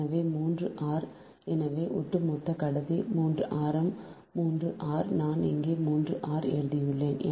எனவே 3 ஆர் எனவே ஒட்டுமொத்த கடத்தி ஆரம் 3 ஆர் நான் இங்கு 3 ஆர் எழுதியுள்ளேன்